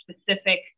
specific